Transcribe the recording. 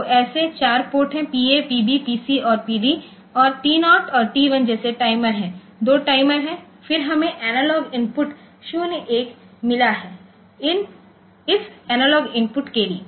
तो ऐसे4 पोर्ट हैं PA PB PC और PD और T0 और T1 जैसे टाइमर हैं दो टाइमर हैं फिर हमें एनालॉग इनपुट 0 1 मिला है इस एनालॉग इनपुट के लिए